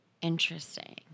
Interesting